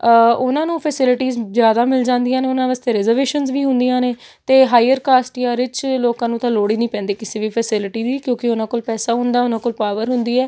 ਉਹਨਾਂ ਨੂੰ ਫਸਿਲੀਟੀਜ਼ ਜ਼ਿਆਦਾ ਮਿਲ ਜਾਂਦੀਆਂ ਨੇ ਉਹਨਾਂ ਵਾਸਤੇ ਰਿਜਰਵੇਸ਼ਨਸ ਵੀ ਹੁੰਦੀਆਂ ਨੇ ਅਤੇ ਹਾਈਅਰ ਕਾਸਟ ਜਾਂ ਰਿਚ ਲੋਕਾਂ ਨੂੰ ਤਾਂ ਲੋੜ ਹੀ ਨਹੀਂ ਪੈਂਦੀ ਕਿਸੇ ਵੀ ਫਸਿਲਿਟੀ ਦੀ ਕਿਉਂਕਿ ਉਹਨਾਂ ਕੋਲ ਪੈਸਾ ਹੁੰਦਾ ਉਹਨਾਂ ਕੋਲ ਪਾਵਰ ਹੁੰਦੀ ਹੈ